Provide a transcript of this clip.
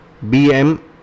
bm